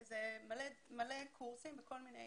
זה הרבה קורסים בכל מיני